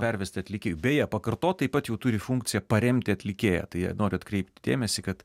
pervesti atlikėjui beje pakartot taip pat jau turi funkciją paremti atlikėją tai jei noriu atkreipti dėmesį kad